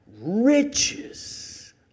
riches